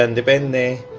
and depend on the